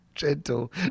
Gentle